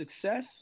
success